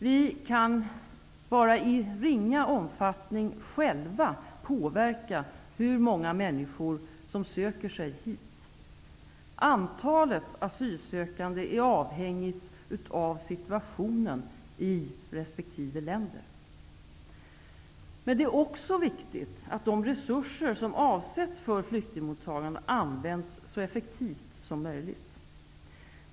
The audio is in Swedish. Vi kan bara i ringa omfattning själva påverka hur många människor som söker sig hit. Antalet asylsökande är avhängigt av situationen i resp. länder. Men det är också viktigt att de resurser som avsätts för flyktingmottagandet används så effektivt som möjligt.